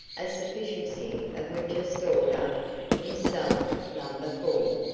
a sufficiency of which are stored up in cellar number four,